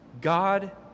God